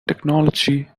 technology